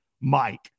Mike